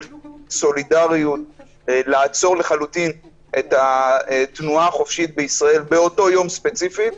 סולידריות לעצור לחלוטין את התנועה החופשית בישראל באותו יום ספציפי.